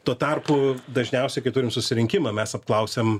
tuo tarpu dažniausiai kai turim susirinkimą mes apklausiam